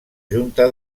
junta